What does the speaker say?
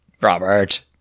Robert